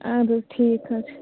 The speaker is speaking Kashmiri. اَدٕ حظ ٹھیٖک حظ چھُ